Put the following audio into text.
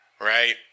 Right